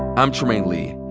i'm trymaine lee.